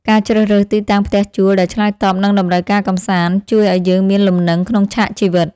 ការជ្រើសរើសទីតាំងផ្ទះជួលដែលឆ្លើយតបនឹងតម្រូវការកម្សាន្តជួយឱ្យយើងមានលំនឹងក្នុងឆាកជីវិត។